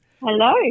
Hello